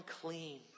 clean